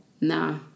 Nah